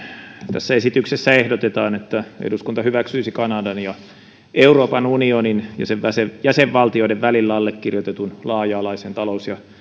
tässä esityksessä ehdotetaan että eduskunta hyväksyisi kanadan ja euroopan unionin ja sen jäsenvaltioiden välillä allekirjoitetun laaja alaisen talous ja